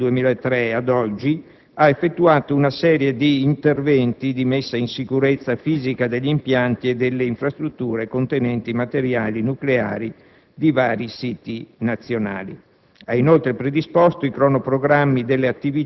In questo contesto, il commissario delegato, dal 2003 ad oggi, ha effettuato una serie di interventi di messa in sicurezza fisica degli impianti e delle infrastrutture contenenti materiali nucleari nei vari siti nazionali;